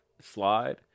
slide